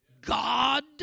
God